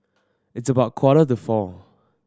its about quarter to four